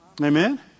amen